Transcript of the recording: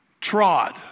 trod